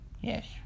yes